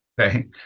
okay